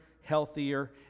healthier